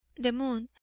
the moon,